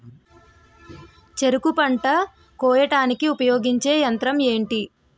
చెరుకు పంట కోయడానికి ఉపయోగించే యంత్రం ఎంటి?